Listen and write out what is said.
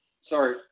sorry